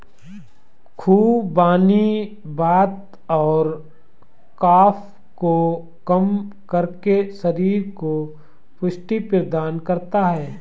खुबानी वात और कफ को कम करके शरीर को पुष्टि प्रदान करता है